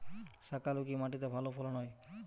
শাকালু কোন মাটিতে ভালো ফলন হয়?